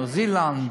ניו-זילנד,